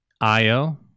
Io